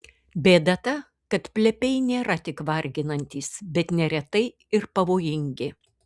bėda ta kad plepiai nėra tik varginantys bet neretai ir pavojingi